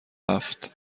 هفت